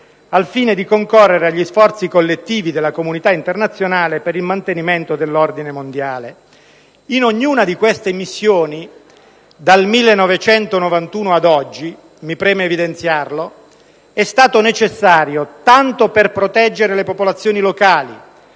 al fine di concorrere agli sforzi collettivi della comunità internazionale per il mantenimento dell'ordine mondiale. In ognuna di queste missioni, dal 1991 ad oggi - mi preme evidenziarlo - è stato necessario, tanto per proteggere le popolazioni locali